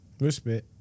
Respect